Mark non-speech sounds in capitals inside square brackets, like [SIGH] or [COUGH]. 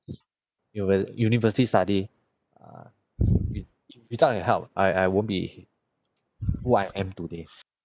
[NOISE] univer~ university study uh with without his help I I won't be who I am today